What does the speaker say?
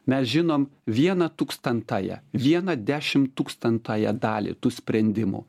mes žinom vieną tūkstantąją vieną dešimttūkstantąją dalį tų sprendimų